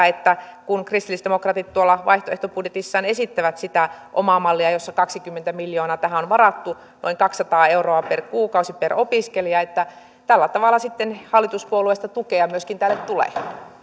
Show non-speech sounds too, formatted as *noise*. *unintelligible* että kun kristillisdemokraatit vaihtoehtobudjetissaan esittävät sitä omaa mallia jossa kaksikymmentä miljoonaa tähän on varattu noin kaksisataa euroa per kuukausi per opiskelija niin tällä tavalla sitten hallituspuolueista tukea myöskin tälle tulee